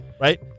Right